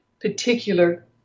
particular